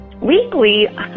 Weekly